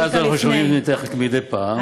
את הבדיחה הזאת אנחנו שומעים ממך רק מדי פעם.